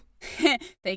Thank